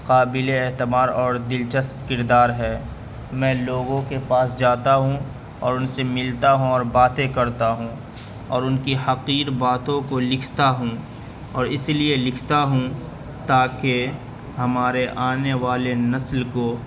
قابل اعتبار اور دلچسپ کردار ہے میں لوگوں کے پاس جاتا ہوں اور ان سے ملتا ہوں اور باتیں کرتا ہوں اور ان کی حقیر باتوں کو لکھتا ہوں اور اس لیے لکھتا ہوں تاکہ ہمارے آنے والے نسل کو